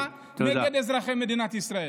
והסתה נגד אזרחי מדינת ישראל.